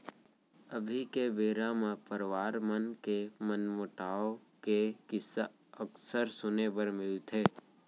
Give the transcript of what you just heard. अभी के बेरा म परवार मन के मनमोटाव के किस्सा अक्सर सुने बर मिलथे